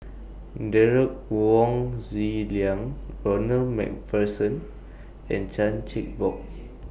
Derek Wong Zi Liang Ronald MacPherson and Chan Chin Bock